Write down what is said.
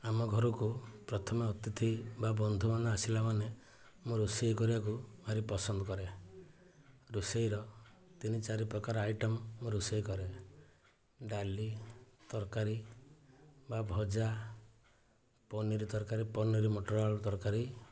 ଆମ ଘରକୁ ପ୍ରଥମେ ଅତିଥି ବା ବନ୍ଧୁମାନେ ଆସିଲା ମାନେ ମୁଁ ରୋଷେଇ କରିବାକୁ ଭାରି ପସନ୍ଦ କରେ ରୋଷେଇର ତିନି ଚାରି ପ୍ରକାର ଆଇଟମ ମୁଁ ରୋଷେଇ କରେ ଡାଲି ତରକାରୀ ବା ଭଜା ପନିର ତରକାରୀ ପନିର ମଟର ଆଳୁ ତରକାରୀ